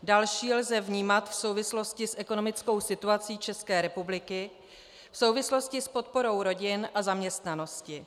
Další lze vnímat v souvislosti s ekonomickou situací České republiky, v souvislosti s podporou rodin a zaměstnanosti.